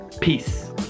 peace